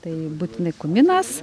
tai būtinai kuminas